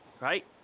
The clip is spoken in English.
Right